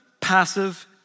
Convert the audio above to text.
passive